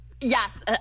Yes